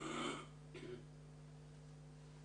10:37.) בוקר טוב,